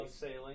sailing